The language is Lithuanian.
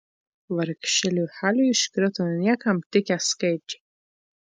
vargšeliui haliui iškrito niekam tikę skaičiai